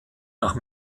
nach